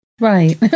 Right